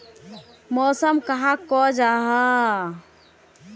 मौसम कहाक को जाहा?